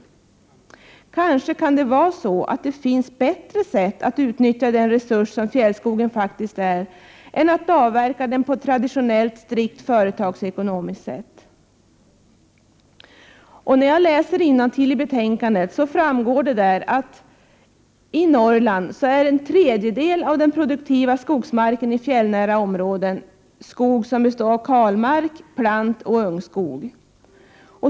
Kanske kan det finnas bättre sätt att utnyttja den resurs som fjällskogen faktiskt är än att avverka den på traditionellt, strikt företagsekonomiskt sätt. Det framgår av betänkandet att i Norrland består en tredjedel av den produktiva skogsmarken i fjällnära områden av kalmark, plantoch ungskog.